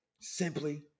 simply